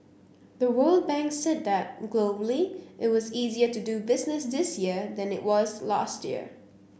the World Bank said that globally it was easier to do business this year than it was last year